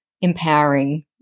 empowering